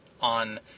on